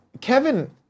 Kevin